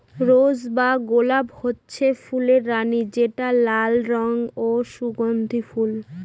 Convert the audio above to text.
rose বা গলাপ হচ্ছে ফুলের রানী যেটা লাল রঙের ও সুগন্ধি ফুল